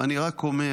ואני רק אומר: